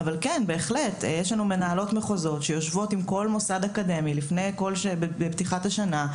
יש מנהלות מחוזות שיושבות עם כל מוסד אקדמי לפני כל פתיחת שנה,